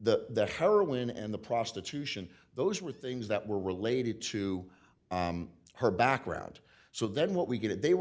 the heroin and the prostitution those were things that were related to her background so then what we get they were